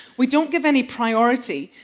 we don't give any priority,